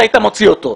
אתה היית מוציא אותו.